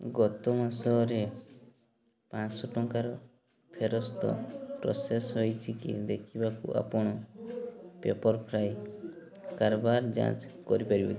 ଗତ ମାସରେ ପାଞ୍ଚଶହ ଟଙ୍କାର ଫେରସ୍ତ ପ୍ରସେସ ହୋଇଛି କି ଦେଖିବାକୁ ଆପଣ ପେପର୍ ଫ୍ରାଏ କାରବାର ଯାଞ୍ଚ କରିପାରିବେ କି